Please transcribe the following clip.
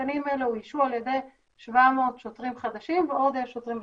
התקנים האלה אוישו על ידי 700 שוטרים חדשים ועוד שוטרים ותיקים,